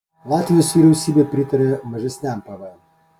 latvijos vyriausybė pritarė mažesniam pvm